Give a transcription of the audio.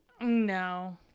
No